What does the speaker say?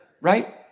right